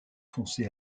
foncé